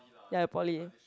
ya poly